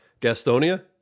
Gastonia